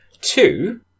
Two